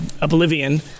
Oblivion